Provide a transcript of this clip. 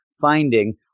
finding